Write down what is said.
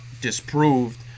disproved